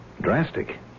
Drastic